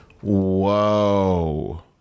Whoa